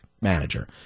manager